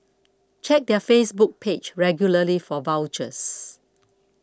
check their Facebook page regularly for vouchers